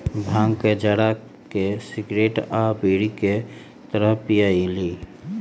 भांग के जरा के सिगरेट आ बीड़ी के तरह पिअईली